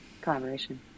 Collaboration